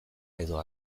edo